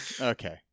Okay